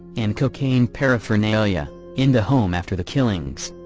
and cocaine paraphernalia, in the home after the killings.